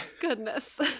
Goodness